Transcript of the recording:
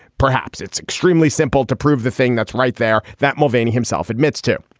perhaps it's extremely simple to prove the thing that's right there that mulvaney himself admits to.